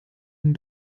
den